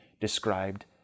described